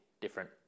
different